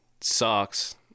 sucks –